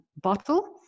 bottle